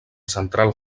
central